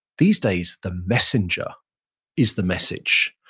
these days the messenger is the message.